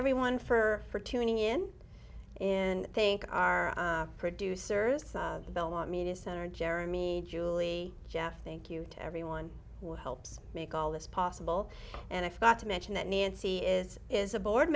everyone for for tuning in in think our producers will want media center jeremy julie jeff thank you to everyone who helps make all this possible and i forgot to mention that nancy is is a board